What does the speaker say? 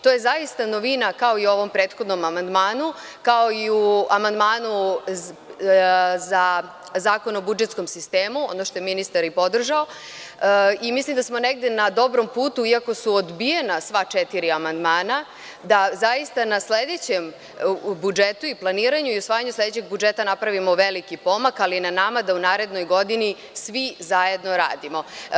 To je zaista novina, kao i u ovom prethodnom amandmanu, kao i u amandmanu za Zakon o budžetskom sistemu, ono što je ministar i podržao i mislim da smo negde na dobrom putu, iako su odbijena sva četiri amandmana, da zaista na sledećem budžetu i planiranju i usvajanju sledećeg budžeta napravimo veliki pomak, ali je na nama da u narednoj godini svi zajedno radimo.